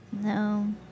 No